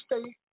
state